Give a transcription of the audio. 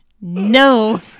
No